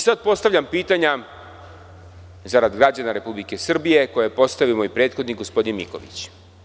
Sada postavljam pitanja zarad građana Republike Srbije koje je postavio prethodno gospodin Miković.